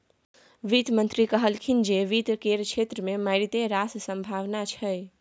वित्त मंत्री कहलनि जे वित्त केर क्षेत्र मे मारिते रास संभाबना छै